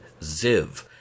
Ziv